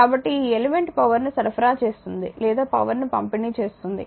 కాబట్టి ఈ element power ను సరఫరా చేస్తుంది లేదా పవర్ ను పంపిణీ చేస్తుంది